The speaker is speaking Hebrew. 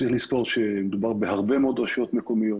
צריך לזכור שמדובר בהרבה מאוד רשויות מקומיות